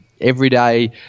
Everyday